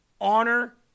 Honor